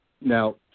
Now